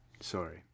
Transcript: sorry